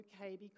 okay